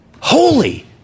Holy